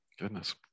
Goodness